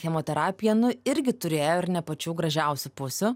chemoterapija nu irgi turėjo ir ne pačių gražiausių pusių